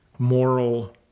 moral